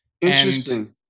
Interesting